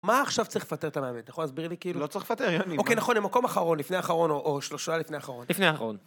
מה עכשיו צריך לפטר את המאמן, אתה יכול להסביר לי כאילו? - לא צריך לפטר, יוני, מה. אוקיי, נכון, הם מקום אחרון, לפני האחרון, או שלושה לפני האחרון. - לפני האחרון.